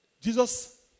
Jesus